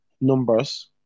numbers